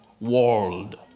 world